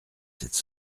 cette